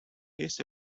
his